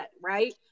right